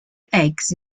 eggs